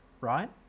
right